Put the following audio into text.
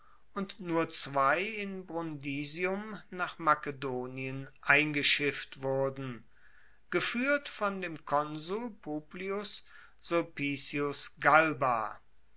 und nur zwei in brundisium nach makedonien eingeschifft wurden gefuehrt von dem konsul publius sulpicius galba